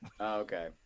Okay